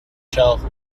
shall